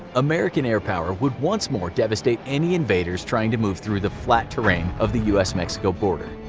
american air power would once more devastate any invaders trying to move through the flat terrain of the us mexico border.